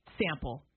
sample